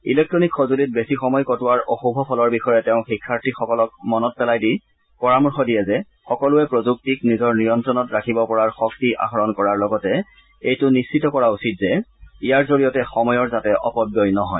electronic সঁজুলিত বেছি সময় কটোৱাৰ অশুভ ফলৰ বিষয়ে তেওঁ শিক্ষাৰ্থীসকলক মনত পেলাই দি পৰামৰ্শ দিয়ে যে সকলোৰে প্ৰযুক্তিক নিজৰ নিয়ন্তণত ৰাখিব পৰাৰ শক্তি আহৰণ কৰাৰ লগতে এইটো নিশ্চিত কৰা উচিত যে ইয়াৰ জৰিয়তে সময়ৰ যাতে অপব্যয় নহয়